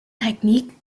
technique